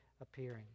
appearing